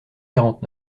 quarante